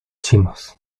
chinos